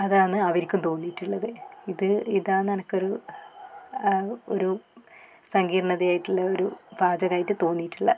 അതാണ് അവർക്കും തോന്നിയിട്ടുള്ളത് ഇത് ഇതാണ് എനിക്കൊരു ഒരു സങ്കീർണതയായിട്ടുള്ള ഒരു പാചകമായിട്ട് തോന്നിയിട്ടുള്ളത്